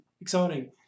exciting